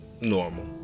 normal